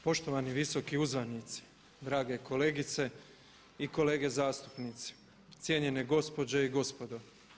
Poštovani visoki uzvanici, drage kolegice i kolege zastupnici, cijenjene gospođe i gospodo.